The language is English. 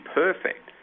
perfect